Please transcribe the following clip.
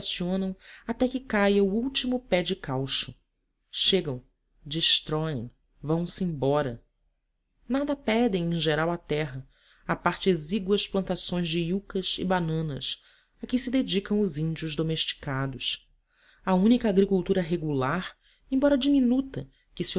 estacionam até que caia o último pé de caucho chegam destroem vãose embora nada pedem em geral à terra à parte exíguas plantações de iúcas e bananas a que se dedicam os índios domesticados a única agricultura regular embora diminuta que se